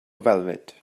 velvet